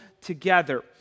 together